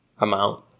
amount